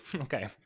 Okay